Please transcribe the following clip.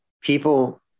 people